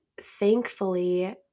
thankfully